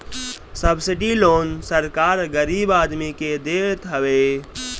subsidy loan सरकार गरीब आदमी के देत हवे